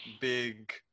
big